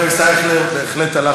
אני מקווה שחבר הכנסת אייכלר ילך